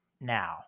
now